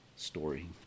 story